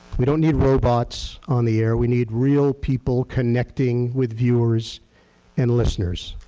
we don't need robots on the air. we need real people connecting with viewers and listeners.